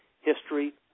history